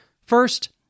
First